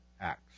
acts